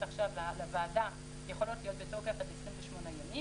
לוועדה יכולות להיות בתוקף עד 28 ימים.